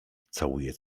całuję